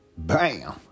Bam